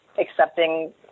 accepting